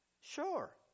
Sure